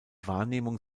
wahrnehmung